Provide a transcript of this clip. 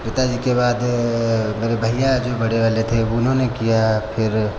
पिता जी के बाद मेरे भइया जो बड़े वाले थे उन्होंने किया फिर